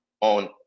on